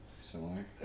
Similar